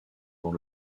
dans